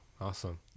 awesome